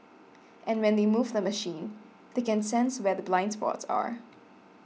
and when they move the machine they can sense where the blind spots are